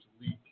leak